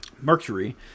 Mercury